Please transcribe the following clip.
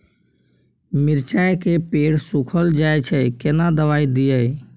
मिर्चाय के पेड़ सुखल जाय छै केना दवाई दियै?